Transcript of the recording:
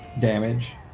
damage